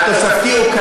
אנחנו מדברים על התוספתי,